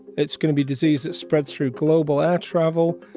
it's going to be disease that spreads through global air travel.